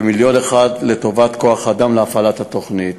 מיליון שקל לטובת כוח-אדם להפעלת התוכנית.